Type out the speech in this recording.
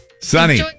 Sunny